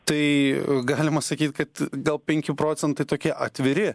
tai galima sakyt kad gal penki procentai tokie atviri